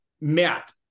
Matt